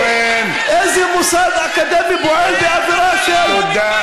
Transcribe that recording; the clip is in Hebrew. אורן, איזה מוסד אקדמי פועל באווירה, תודה.